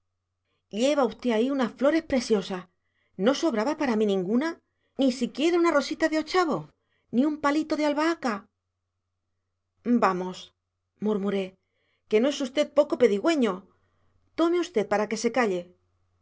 lleva usted ahí unas flores presiosas no sobraba para mí ninguna ni siquiera una rosita de a ochavo ni un palito de albahaca vamos murmuré que no es usted poco pedigüeño tome usted para que se calle